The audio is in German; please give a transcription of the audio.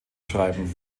schreiben